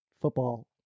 football